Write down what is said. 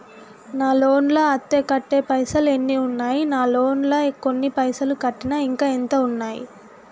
నా లోన్ లా అత్తే కట్టే పైసల్ ఎన్ని ఉన్నాయి నా లోన్ లా కొన్ని పైసల్ కట్టిన ఇంకా ఎంత ఉన్నాయి?